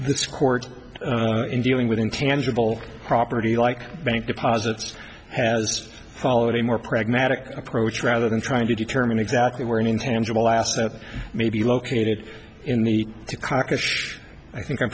this court in dealing with intangible property like bank deposits has followed a more pragmatic approach rather than trying to determine exactly where an intangible assets may be located in the kokesh i think i'm